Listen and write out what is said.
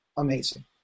Amazing